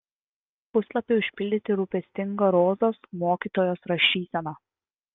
puslapiai užpildyti rūpestinga rozos mokytojos rašysena